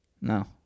No